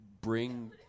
bring